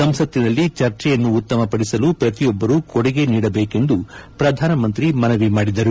ಸಂಸತ್ತಿನಲ್ಲಿ ಚರ್ಚೆಯನ್ನು ಉತ್ತಮ ಪಡಿಸಲು ಪ್ರತಿಯೊಬ್ಬರೂ ಕೊಡುಗೆ ನೀಡಬೇಕೆಂದು ಪ್ರಧಾನಮಂತ್ರಿ ಮನವಿ ಮಾಡಿದರು